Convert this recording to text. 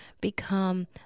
become